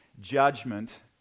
Judgment